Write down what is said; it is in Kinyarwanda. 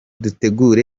dutegura